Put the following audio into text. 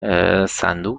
صندوق